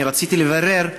אני רציתי לברר,